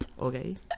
okay